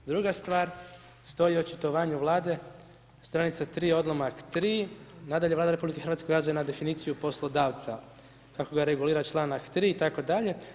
Druga stvar, stoji u očitovanju Vlade, stranica 3, odlomak 3, nadalje Vlada RH ukazuje na definiciju poslodavca kako ga regulira čl. 3. itd.